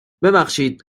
ببخشید